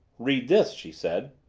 read this, she said.